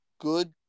good